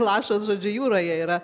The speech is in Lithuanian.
lašas žodžiu jūroje yra